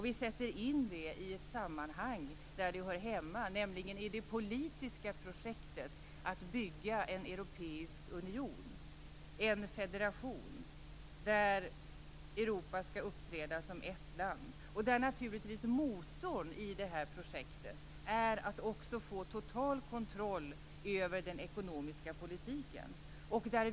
Vi sätter in det i ett sammanhang där det hör hemma, nämligen i det politiska projektet att bygga en europeisk union, en federation där Europa skall uppträda som ett land och där motorn är att också få total kontroll över den ekonomiska politiken.